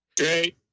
Great